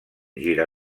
gira